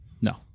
No